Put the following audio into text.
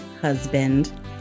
husband